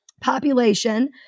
population